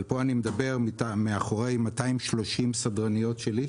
אבל פה אני מדבר מאחורי כ-230 סדרניות שלי,